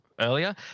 earlier